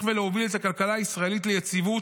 ולהוביל את הכלכלה הישראלית ליציבות,